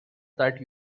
that